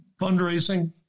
Fundraising